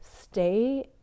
stay